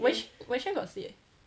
wen~ wenxuan got sleep eh